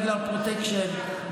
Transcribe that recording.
בגלל פרוטקשן,